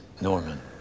Norman